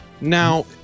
Now